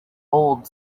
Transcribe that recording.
old